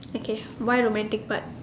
okay why do men take part